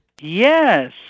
Yes